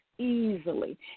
Easily